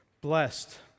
Blessed